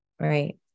Right